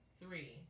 three